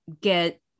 get